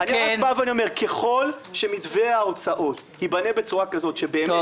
אני רק בא ואומר: ככל שמתווה ההוצאות ייבנה בצורה כזאת באמת,